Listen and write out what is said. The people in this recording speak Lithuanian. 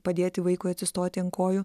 padėti vaikui atsistoti ant kojų